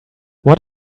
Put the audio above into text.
what